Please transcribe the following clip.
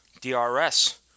DRS